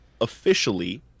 officially